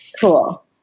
Cool